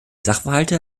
sachverhalte